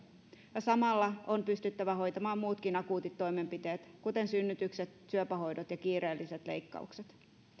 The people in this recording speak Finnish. ja samalla on pystyttävä hoitamaan muutkin akuutit toimenpiteet kuten synnytykset syöpähoidot ja kiireelliset leikkaukset